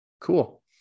Cool